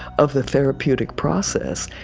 of the therapeutic process,